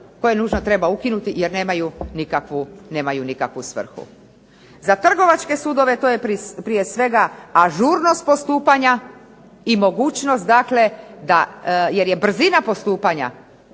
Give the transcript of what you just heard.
koje nužno treba ukinuti jer nemaju nikakvu svrhu. Za trgovačke sudove to je prije svega ažurnost postupanja i mogućnost dakle da, jer je brzina postupanja